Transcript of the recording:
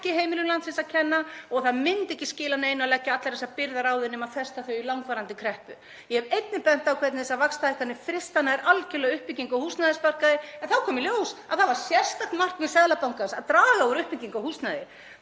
er ekki heimilum landsins að kenna og það myndi ekki skila neinu að leggja allar þessar byrðar á þau nema að festa þau í langvarandi kreppu. Ég hef einnig bent á hvernig þessar vaxtahækkanir frysta nær algerlega uppbyggingu á húsnæðismarkaði, en þá kom í ljós að það var sérstakt markmið Seðlabankans að draga úr uppbyggingu á húsnæði